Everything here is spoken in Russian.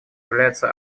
является